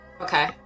okay